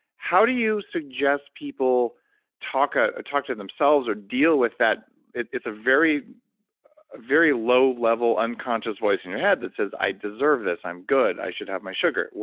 how do you suggest people talk ah talk to themselves or deal with that? it's a very very low level unconscious voice in your head that says, i deserve this. i'm good. i should have my sugar.